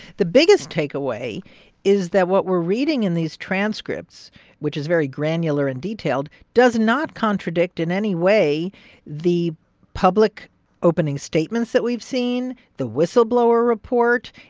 the biggest takeaway is that what we're reading in these transcripts which is very granular and detailed does not contradict in any way the public opening statements that we've seen, the whistleblower report.